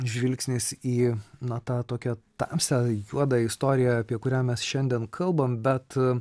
žvilgsnis į na tą tokią tamsią juodą istoriją apie kurią mes šiandien kalbam bet